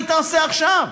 מה היא תעשה עכשיו.